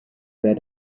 wer